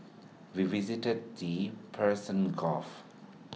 we visited the Persian gulf